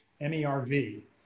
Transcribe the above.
M-E-R-V